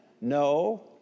no